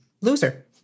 Loser